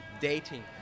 dating